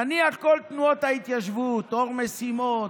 נניח שכל תנועות ההתיישבות, אור משימות,